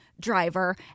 driver